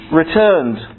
returned